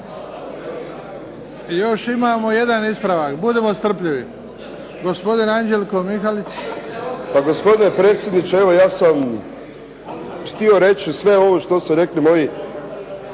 Još imamo jedan ispravak, budimo strpljivi. Gospodin Anđelko Mihalić. **Mihalić, Anđelko (HDZ)** Pa gospodine predsjedniče. Evo ja sam htio reći sve ovo što su rekli moji